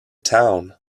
town